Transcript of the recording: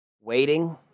waiting